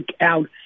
out